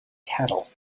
cattle